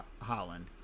Holland